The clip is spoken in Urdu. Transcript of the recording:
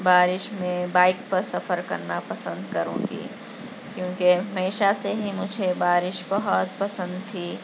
بارش میں بائک پر سفر کرنا پسند کروں گی کیونکہ ہمیشہ سے ہی مجھے بارش بہت پسند تھی